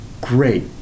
great